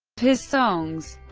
his songs.